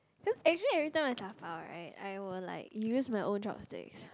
cause actually every time I dabao right I was like you use my own chopsticks